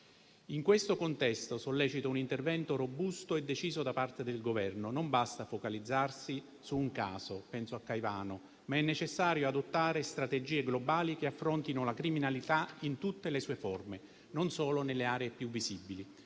In questo contesto sollecito un intervento robusto e deciso da parte del Governo. Non basta focalizzarsi su un caso - penso a Caivano - ma è necessario adottare strategie globali che affrontino la criminalità in tutte le sue forme, non solo nelle aree più visibili.